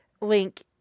link